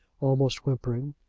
almost whimpering.